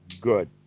Good